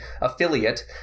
affiliate